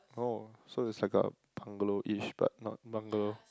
oh so it's like a bungalow ish but not bungalow